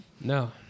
No